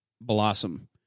blossom